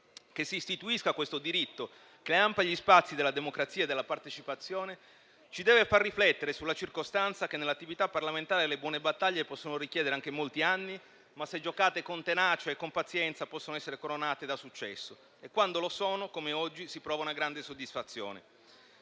che si istituisca questo diritto che ampia gli spazi della democrazia e della partecipazione, ci deve far riflettere sulla circostanza che nell'attività parlamentare le buone battaglie possono richiedere anche molti anni; ma, se giocate con tenacia e con pazienza, possono essere coronate da successo e quando lo sono, come oggi, si prova una grande soddisfazione.